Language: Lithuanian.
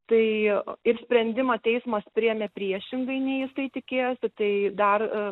tai ir sprendimą teismas priėmė priešingai nei jisai tikėjosi tai dar